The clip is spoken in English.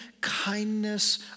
kindness